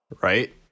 right